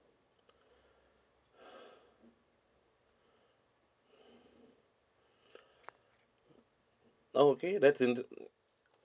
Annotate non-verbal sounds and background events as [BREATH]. [BREATH] okay that's interes~